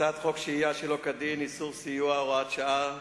הצעת חוק שהייה שלא כדין (איסור סיוע) (הוראות שעה),